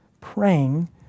praying